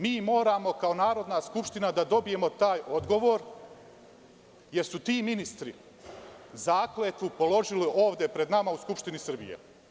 Mi kao Narodna skupština moramo da dobijemo taj odgovor, jer su ti ministri zakletvu položili ovde pred nama, u Skupštini Srbije.